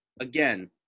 again